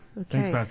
okay